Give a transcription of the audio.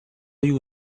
you